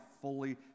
fully